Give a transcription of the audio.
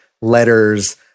letters